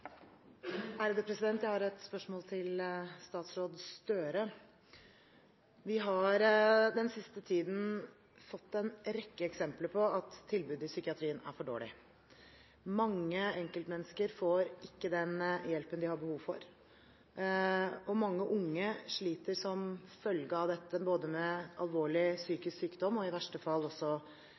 Jeg har et spørsmål til statsråd Gahr Støre. Vi har den siste tiden fått en rekke eksempler på at tilbudet i psykiatrien er for dårlig. Mange enkeltmennesker får ikke den hjelpen de har behov for. Mange unge sliter som følge av dette – både med alvorlig psykisk sykdom og i verste fall også